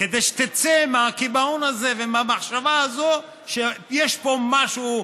כדי שתצא מהקיבעון הזה ומהמחשבה הזאת שיש פה משהו,